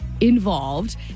involved